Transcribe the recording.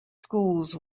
schools